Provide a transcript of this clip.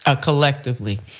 collectively